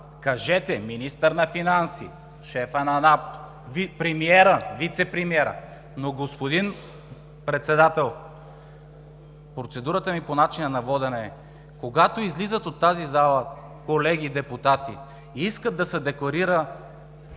Кажете: –министърът на финансите, шефът на НАП, премиерът, вицепремиерът. Но, господин Председател, процедурата ми по начина на водене е, когато излизат от тази зала колеги депутати и искат да се декларира конфликт